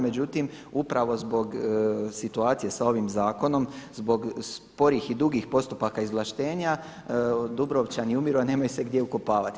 Međutim, upravo zbog situacije sa ovim zakonom zbog sporih i dugih postupaka izvlaštenja Dubrovčani umiru a nemaju se gdje ukopavati.